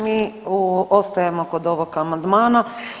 Mi ostajemo kod ovog amandmana.